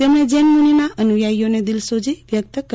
તેમણે જેન મ્રનિના અનુયાયીઓને દિલસોજી વ્યકત કરી છે